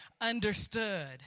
understood